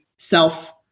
self